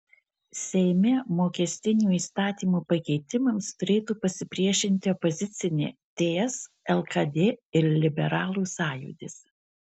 seime mokestinių įstatymų pakeitimams turėtų pasipriešinti opozicinė ts lkd ir liberalų sąjūdis